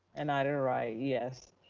and ida wright yes.